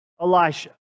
Elisha